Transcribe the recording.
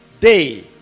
day